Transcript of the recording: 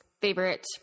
favorite